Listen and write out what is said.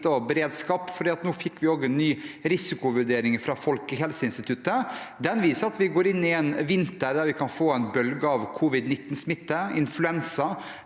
og beredskap. Nå fikk vi en ny risikovurdering fra Folkehelseinstituttet. Den viser at vi går inn i en vinter der vi kan få en bølge av covid-19-smitte, influensa